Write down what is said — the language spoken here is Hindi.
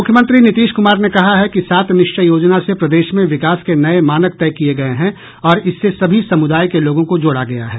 मुख्यमंत्री नीतीश कुमार ने कहा है कि सात निश्चय योजना से प्रदेश में विकास के नए मानक तय किये गयें हैं और इससे सभी समुदाय के लोगों को जोड़ा गया है